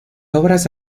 obras